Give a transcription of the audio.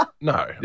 No